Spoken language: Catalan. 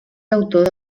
autor